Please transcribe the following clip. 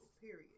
period